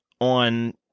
on